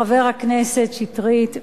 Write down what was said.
חבר הכנסת שטרית,